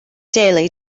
daily